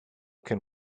can